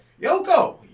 Yoko